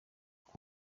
visi